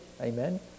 amen